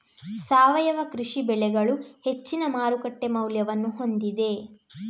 ಸಾವಯವ ಕೃಷಿ ಬೆಳೆಗಳು ಹೆಚ್ಚಿನ ಮಾರುಕಟ್ಟೆ ಮೌಲ್ಯವನ್ನು ಹೊಂದಿದೆ